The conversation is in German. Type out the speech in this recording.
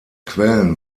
quellen